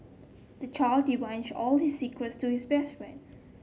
the child divulged all his secrets to his best friend